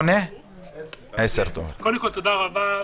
תודה רבה.